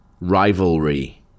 rivalry